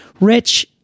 Rich